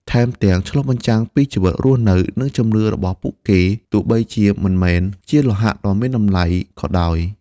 ថែមទាំងឆ្លុះបញ្ចាំងពីជីវិតរស់នៅ និងជំនឿរបស់ពួកគេ ទោះបីជាមិនមែនជាលោហៈដ៏មានតម្លៃក៏ដោយ។